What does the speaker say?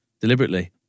deliberately